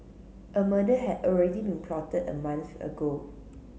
a murder had already been plotted a month ago